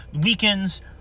weekends